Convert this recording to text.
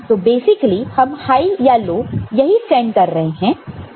तो बेसिकली हम हाई या लो यही सेंड कर रहे हैं